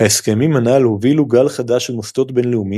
ההסכמים הנ"ל הובילו גל חדש של מוסדות בינלאומיים